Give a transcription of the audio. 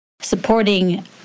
supporting